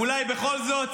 אולי בכל זאת?